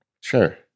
Sure